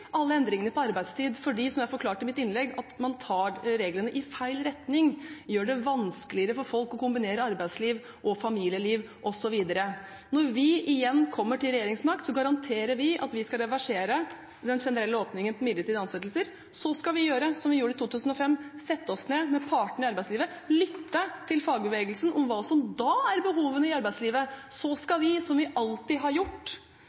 alle endringene i arbeidstid fordi, som jeg forklarte i mitt innlegg, man tar reglene i feil retning og gjør det vanskeligere for folk å kombinere arbeidsliv og familieliv, osv. Når vi igjen kommer til regjeringsmakt, garanterer vi at vi skal reversere den generelle åpningen for midlertidige ansettelser. Så skal vi gjøre som vi gjorde i 2005, sette oss ned med partene i arbeidslivet, lytte til fagbevegelsen og se på hva som da er behovene i arbeidslivet. Deretter skal vi innføre nye regler i arbeidsmiljøloven i tråd med det som